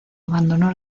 abandonó